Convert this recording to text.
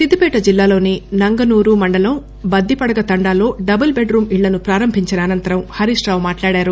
సిద్దిపేట జిల్లాలోని నంగునూరు మండలం బద్దిపడగ తండాలో డబుల్ బెడ్రూం ఇళ్లను ప్రారంభించిన అనంతరం హరీశ్రావు మాట్లాడారు